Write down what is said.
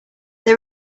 they